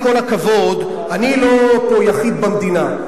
אני, עם כל הכבוד, אני לא פה יחיד במדינה.